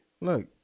Look